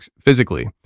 physically